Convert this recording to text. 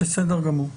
תודה.